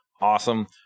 Awesome